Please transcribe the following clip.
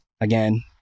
again